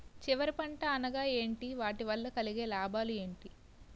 చివరి పంట అనగా ఏంటి వాటి వల్ల కలిగే లాభాలు ఏంటి